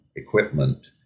equipment